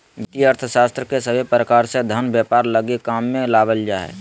वित्तीय अर्थशास्त्र के सभे प्रकार से धन व्यापार लगी काम मे लावल जा हय